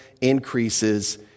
increases